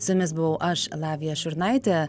su jumis buvau aš lavija šurnaitė